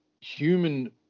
human